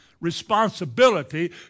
responsibility